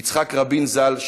יצחק רבין ז"ל,